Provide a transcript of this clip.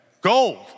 gold